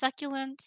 succulents